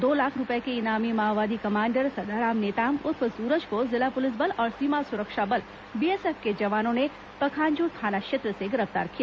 दो लाख रूपये के इनामी माओवादी कमांडर सदाराम नेताम उर्फ सुरज को जिला पुलिस बल और सीमा सुरक्षा बल बीएसएफ के जवानों ने पखांजूर थाना क्षेत्र से गिरफ्तार किया